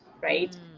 right